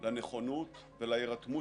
לנציבויות.